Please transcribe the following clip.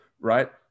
Right